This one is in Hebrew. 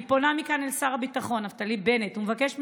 אני פונה מכאן אל שר הביטחון נפתלי בנט ומבקשת